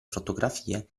fotografie